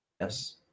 Yes